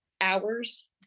hours